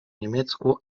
niemiecku